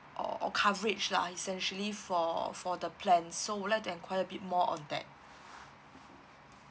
or or coverage lah essentially for for the plan so would like to enquire a bit more on that